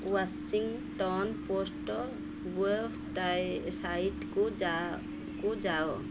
Washington Post web ସାଇଟ୍କୁ ଯାଅ